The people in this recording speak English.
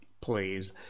Please